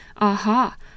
Aha